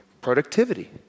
productivity